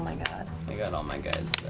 i got all my guys